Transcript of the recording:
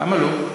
למה לא?